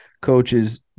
Coaches